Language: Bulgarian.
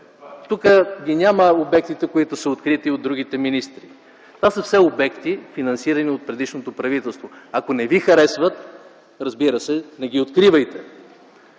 Тук ги няма обектите, които са открити от другите министри. Това са все обекти, финансирани от предишното правителство. Ако не Ви харесват, разбира се, не ги откривайте.